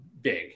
big